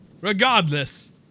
regardless